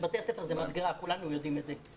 בתי הספר מהווים מדגרה וכולנו יודעים את זה.